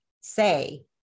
say